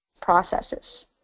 processes